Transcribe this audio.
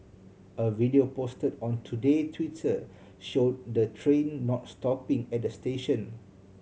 a video posted on Today Twitter show the train not stopping at the station